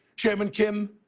chairman kim,